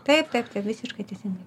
taip taip taip visiškai teisingai